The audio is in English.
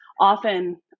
often